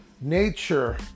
nature